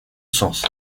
sens